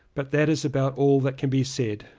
but that is about all that can be said.